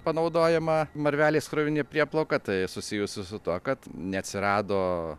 panaudojama marvelės krovininė prieplauka tai susijusi su tuo kad neatsirado